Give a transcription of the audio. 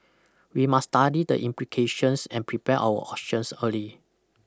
we must study the implications and prepare our options early